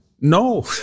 No